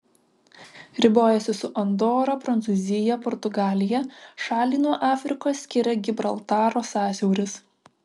ribojasi su andora prancūzija portugalija šalį nuo afrikos skiria gibraltaro sąsiauris